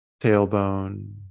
tailbone